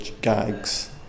gags